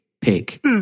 pick